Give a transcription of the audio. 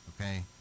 okay